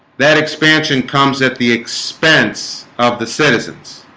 that expansion comes at the expense of the citizens,